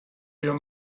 your